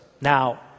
Now